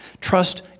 trust